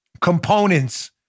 components